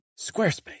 Squarespace